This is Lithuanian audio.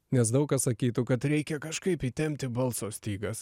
nes daug kas sakytų kad reikia kažkaip įtempti balso stygas